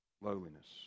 lowliness